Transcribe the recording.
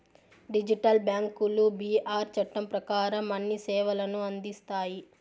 digital బ్యాంకులు BR చట్టం ప్రకారం అన్ని సేవలను అందిస్తాయి